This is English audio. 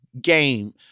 game